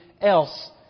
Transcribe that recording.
else